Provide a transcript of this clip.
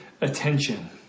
attention